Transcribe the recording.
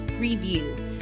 review